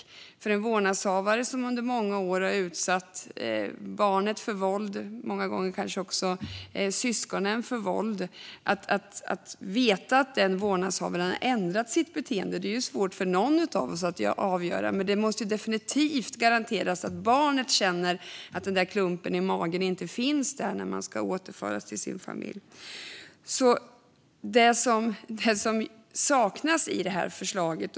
Det är svårt att avgöra om en vårdnadshavare som under många år har utsatt barnet och många gånger kanske också syskonen för våld har ändrat sitt beteende. Definitivt måste man garantera att ett barn som ska återföras till sin familj inte känner en klump i magen.